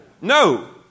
No